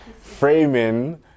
framing